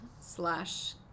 slash